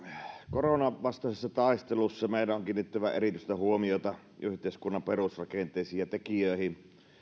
koronan vastaisessa taistelussa meidän on kiinnitettävä erityistä huomiota yhteiskunnan perusrakenteisiin ja tekijöihin